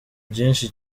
byinshi